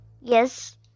Yes